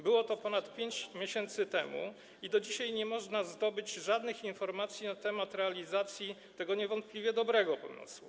Było to ponad 5 miesięcy temu i do dzisiaj nie można zdobyć żadnych informacji na temat realizacji tego niewątpliwie dobrego pomysłu.